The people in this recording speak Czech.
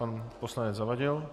Pan poslanec Zavadil.